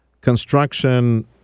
construction